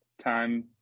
time